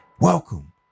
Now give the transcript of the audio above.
Welcome